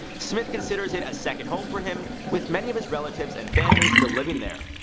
smith considers it a second home for him, with many of his relatives and family still living there.